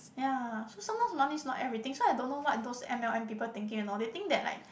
ya so sometimes money is not everything so I don't know what those M_L_M people thinking and all they think that like